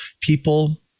people